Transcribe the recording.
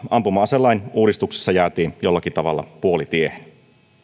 ampuma aselain uudistuksessa jäätiin jollakin tavalla puolitiehen